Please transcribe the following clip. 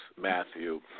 Matthew